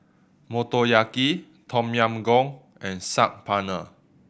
Motoyaki Tom Yam Goong and Saag Paneer